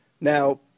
Now